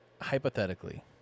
hypothetically